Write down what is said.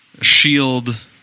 Shield